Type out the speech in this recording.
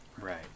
Right